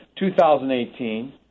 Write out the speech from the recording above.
2018